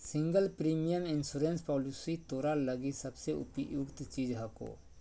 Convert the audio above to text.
single premium insurance policy तोरा लगी सबसे उपयुक्त चीज हको